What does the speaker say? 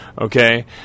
okay